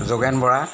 Jogen Bora